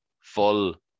Full